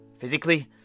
physically